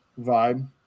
vibe